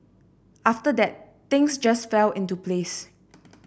after that things just fell into place